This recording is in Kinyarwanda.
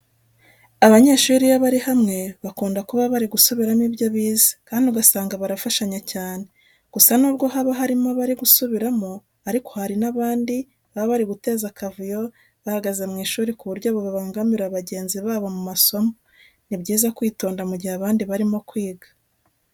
Abanyeshuri iyo bari hamwe bakunda kuba bari gusubiramo ibyo bize kandi ugasanga barafashanya cyane. Gusa nubwo haba harimo abari gusubiramo ariko hari n'abandi baba bari guteza akavuyo bahagaze mu ishuri ku buryo babangamira bagenzi babo mu masomo. Ni byiza kwitonda mu gihe abandi barimo kwiga.